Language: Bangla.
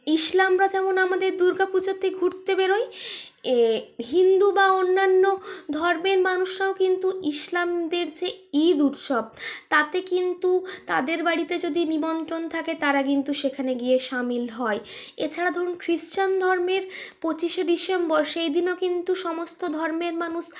ইসলামরা যেমন আমাদের দুর্গাপুজাতে ঘুরতে বেরোয় হিন্দু বা অন্যান্য ধর্মের মানুষরাও কিন্তু ইসলামদের যে ঈদ উৎসব তাতে কিন্তু তাঁদের বাড়িতে যদি নিমন্ত্রণ থাকে তাঁরা কিন্তু সেখানে গিয়ে সামিল হয় এছাড়া ধরুন খ্রিস্টান ধর্মের পঁচিশে ডিসেম্বর সেই দিনও কিন্তু সমস্ত ধর্মের মানুষ